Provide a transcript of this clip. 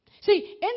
See